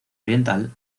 oriental